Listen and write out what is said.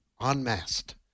unmasked